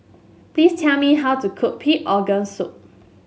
please tell me how to cook Pig Organ Soup